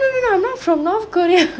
no no not from north korea